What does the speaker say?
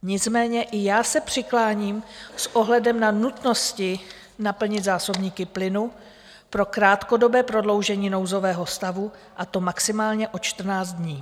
Nicméně i já se přikláním s ohledem na nutnost naplnit zásobníky plynu pro krátkodobé prodloužení nouzového stavu, a to maximálně o 14 dní.